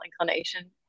inclination